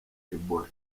ebola